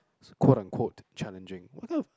so code uncode challenging what the